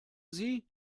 sie